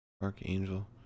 Archangel